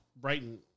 Brighton